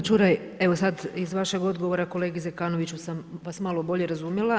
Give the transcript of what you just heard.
Kolega Čuraj, evo sad iz vašeg odgovora kolegi Zekanoviću sam vas malo bolje razumjela.